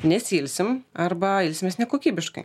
nesiilsim arba ilsimės nekokybiškai